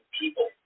people